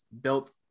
built